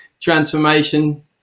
transformation